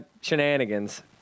shenanigans